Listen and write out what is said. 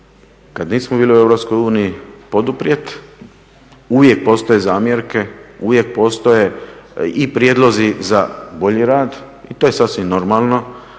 kad nismo bili u EU, poduprijet, uvijek postoje zamjerke, uvijek postoje i prijedlozi za bolji rad i to je sasvim normalno